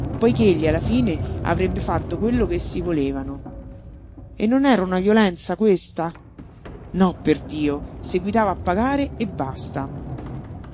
due poich'egli alla fine avrebbe fatto quello che essi volevano e non era una violenza questa no perdio seguitava a pagare e basta